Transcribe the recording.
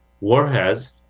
warheads